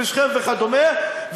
שכם וכדומה,